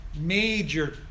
Major